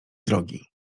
drogi